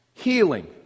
healing